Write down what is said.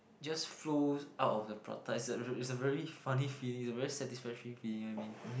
just flows out of the prata is a is a very funny feeling is a very satisfying feeling know what I mean